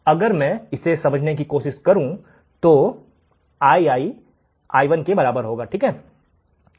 और अगर मैं इसे समझने की कोशिश करूं तो Ii I1 के बराबर होगा